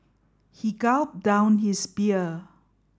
he gulped down his beer